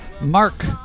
Mark